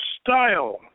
style